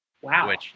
Wow